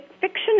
fiction